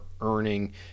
earning